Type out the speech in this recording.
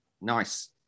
Nice